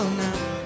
now